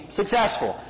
successful